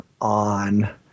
on –